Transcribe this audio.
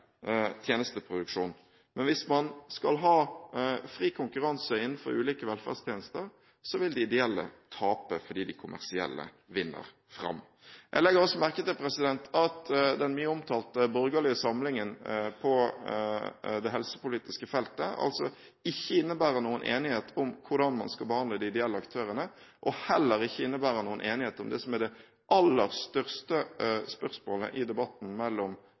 tjenesteproduksjon. Hvis man skal ha fri konkurranse innenfor ulike velferdstjenester, vil de ideelle tape fordi de kommersielle vinner fram. Jeg legger også merke til at den mye omtalte borgerlige samlingen på det helsepolitiske feltet ikke innebærer noen enighet om hvordan man skal behandle de ideelle aktørene, og heller ikke innebærer noen enighet om det som er det aller største spørsmålet i debatten mellom